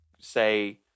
say